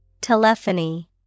Telephony